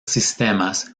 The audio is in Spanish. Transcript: sistemas